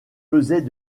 faisait